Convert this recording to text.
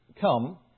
come